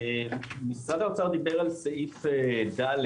משרד האוצר דיבר על סעיף ד,